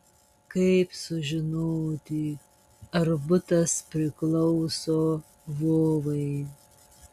kaip sužinoti ar butas priklauso vovai